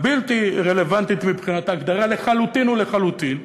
הבלתי-רלוונטית מבחינת ההגדרה לחלוטין ולחלוטין,